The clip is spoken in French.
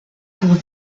pour